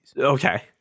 Okay